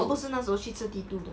我不是那时候去吃 T two 的